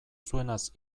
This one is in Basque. zuenaz